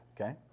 Okay